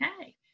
Okay